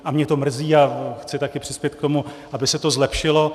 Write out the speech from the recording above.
A mě to mrzí a chci taky přispět k tomu, aby se to zlepšilo.